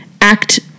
act